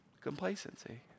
complacency